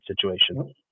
situation